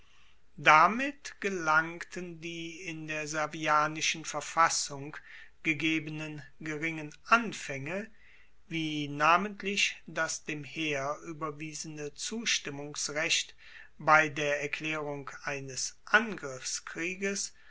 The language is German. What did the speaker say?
damit gelangten die in der servianischen verfassung gegebenen geringen anfaenge wie namentlich das dem heer ueberwiesene zustimmungsrecht bei der erklaerung eines angriffskrieges